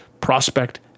prospect